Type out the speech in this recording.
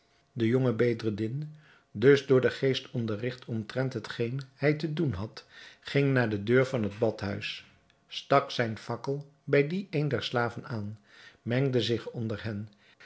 de jonge bedreddin dus door den geest onderrigt omtrent hetgeen hij te doen had ging naar de deur van het badhuis stak zijn fakkel bij dien van een der slaven aan mengde zich onder hen